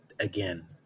again